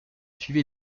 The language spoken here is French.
suivi